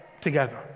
together